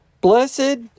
Blessed